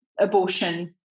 abortion